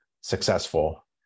successful